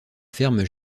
ferment